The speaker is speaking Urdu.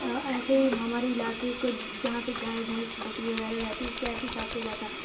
ایسے ہی ہمارے علاقے کو جہاں پہ گائے بھینس بکری وغیرہ رہتی ہے اس کو ایسے ہی صاف کیا جاتا ہے